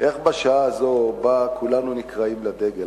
איך בשעה הזאת שבה כולנו נקראים לדגל,